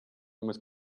was